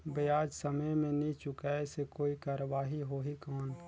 ब्याज समय मे नी चुकाय से कोई कार्रवाही होही कौन?